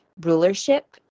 rulership